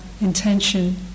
intention